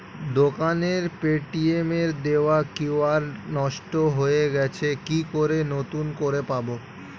দোকানের পেটিএম এর দেওয়া কিউ.আর নষ্ট হয়ে গেছে কি করে নতুন করে পাবো?